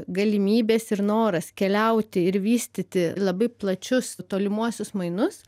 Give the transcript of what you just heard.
galimybės ir noras keliauti ir vystyti labai plačius tolimuosius mainus